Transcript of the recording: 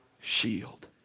shield